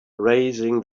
raising